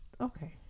okay